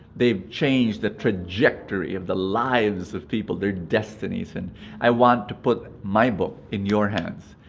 they've changed the trajectory of the lives of people. their destinies and i want to put my book in your hands,